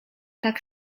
tak